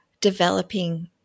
developing